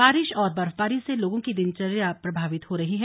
बारिश और बर्फबारी से लोगों की दिनचर्या प्रभावित हो रही है